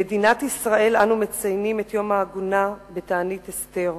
במדינת ישראל אנו מציינים את יום העגונה בתענית אסתר,